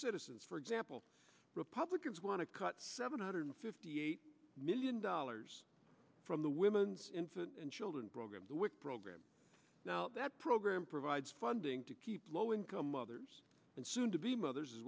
citizens for example republicans want to cut seven hundred fifty eight million dollars from the women's infant and children program the wic program now that program provides funding to keep low income mothers and soon to be mothers as